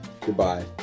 goodbye